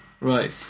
Right